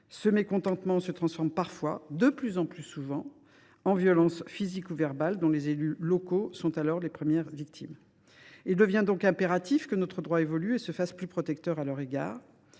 ce mécontentement se transforme parfois, et de plus en plus souvent, en violence physique ou verbale, dont les élus locaux sont alors les premières victimes. Il devient donc impératif que notre droit évolue et se fasse plus protecteur à leur égard.